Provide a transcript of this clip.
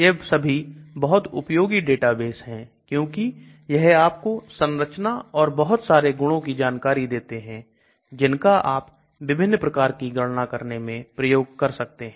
यह सभी बहुत उपयोगी डेटाबेस हैं क्योंकि यह आपको संरचना और बहुत सारे गुणों की जानकारी देते हैं जिनका आप विभिन्न प्रकार की गणना करने में प्रयोग कर सकते हैं